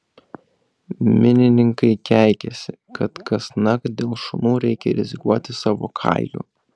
minininkai keikiasi kad kasnakt dėl šunų reikia rizikuoti savo kailiu